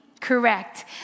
correct